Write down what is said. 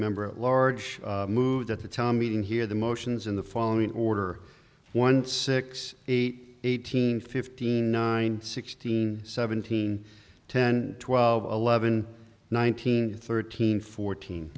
member at large moved at the town meeting here the motions in the following order one six eight eighteen fifteen sixteen seventeen ten twelve eleven nineteen thirteen fourteen